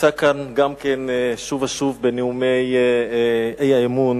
נמצא כאן שוב ושוב בנאומי האי-אמון